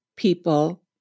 people